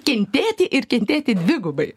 kentėti ir kentėti dvigubai